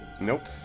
Nope